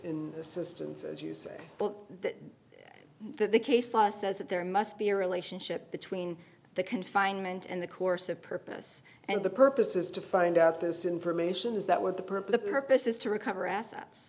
provided assistance as you say that the case law says that there must be a relationship between the confinement and the course of purpose and the purpose is to find out this information is that what the perp the purpose is to recover assets